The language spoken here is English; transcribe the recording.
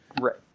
Right